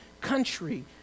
country